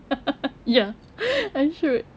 ya I should